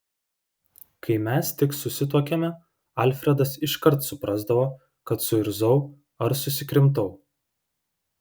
kai mes tik susituokėme alfredas iškart suprasdavo kad suirzau ar susikrimtau